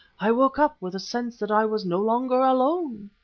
i woke up with a sense that i was no longer alone.